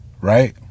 right